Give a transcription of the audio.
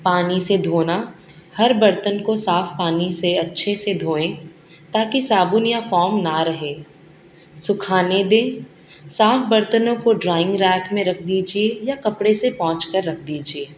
پانی سے دھونا ہر برتن کو صاف پانی سے اچھے سے دھوئیں تاکہ صابن یا فوم نہ رہے سکھانے دیں صاف برتنوں کو ڈرائنگ ریک میں رکھ دیجیے یا کپڑے سے پونچھ کر رکھ دیجیے